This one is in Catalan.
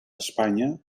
espanya